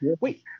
wait